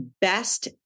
best